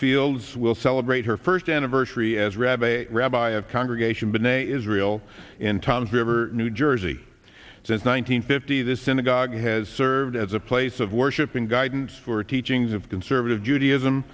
fields will celebrate her first anniversary as rabbi a rabbi of congregation b'nai israel in toms river new jersey since one nine hundred fifty this synagogue has served as a place of worship and guidance for teachings of conservative judaism